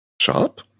Shop